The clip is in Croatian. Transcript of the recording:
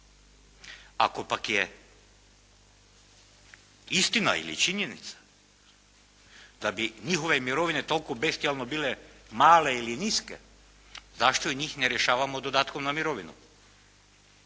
Ako pak je istina ili činjenica da bi njihove mirovine toliko … /Ne razumije se./ … bile male ili niske, zašto njih ne rješavamo dodatkom na mirovinu?